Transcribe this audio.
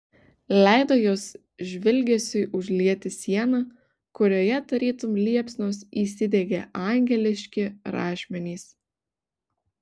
leido jos žvilgesiui užlieti sieną kurioje tarytum liepsnos įsidegė angeliški rašmenys